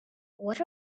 what